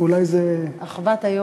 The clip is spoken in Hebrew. אולי זה, אחוות היו"רים.